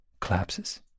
collapses